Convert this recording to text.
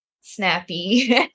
snappy